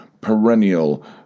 perennial